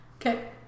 Okay